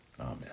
Amen